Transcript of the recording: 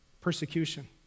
persecution